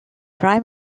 prime